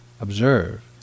observe